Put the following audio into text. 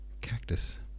cactus